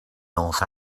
north